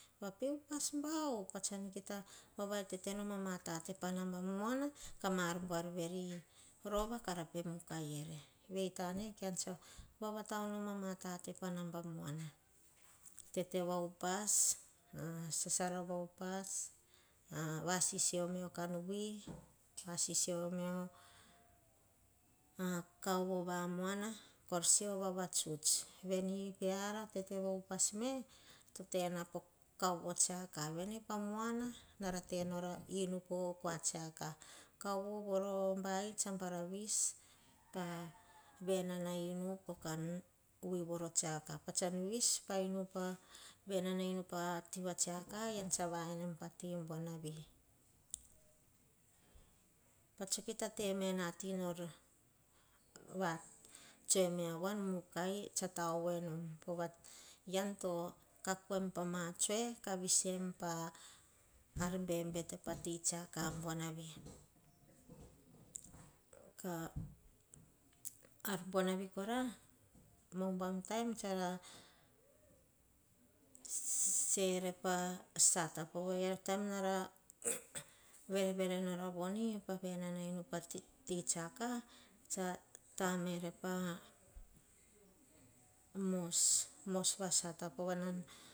Ape upas bau patsan keta vavai tetenom a mata te pa nabamoana, ka ma ar buar veri, rova kara pe mukai ere. Vei tane kan tsa vavatao nom ama tate pa namba moana. Tete va upas, sasara va upas vasisio me okanvui, vasisio meo kaovo vamoana kor seo vavatsuts. Veni peara tete va upas me, to tena po kaovo tsiaka. Veni pa moana nara tenora inu po koa tsiaka. Kaovo voro bai tsa bair avis pa venana inu pokoa tsiaka. Patsan vis pa venana inu pa te va tsiaka kava enem pati boanavi. Pa tso kita temena a ti nor tsoe vea voam mukai ean sah ta ovevom peoh, pove ean to kak em pa ma tse. Kah visem pa arh bebete pa ti tsiaka buanavi ar buanavi sam se ere pa sata. Poh bon nara verever norah opa inu pati tsiaka kah ta ere pa mos-mos vasata pova nam.